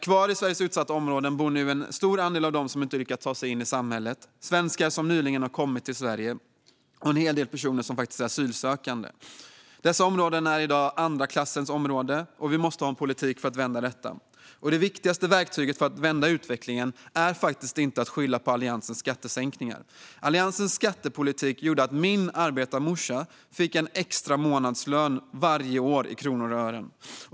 Kvar i Sveriges utsatta områden bor nu en stor andel av dem som inte har lyckats ta sig in i samhället, svenskar som nyligen har kommit till Sverige och en hel del personer som är asylsökande. Dessa områden är i dag andra klassens områden, och vi måste ha en politik för att vända detta. Det viktigaste verktyget för att vända utvecklingen är inte att skylla på Alliansens skattesänkningar. Alliansens skattepolitik gjorde att min arbetarmorsa fick en extra månadslön varje år i kronor och ören.